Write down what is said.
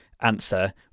answer